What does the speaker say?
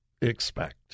expect